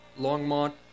Longmont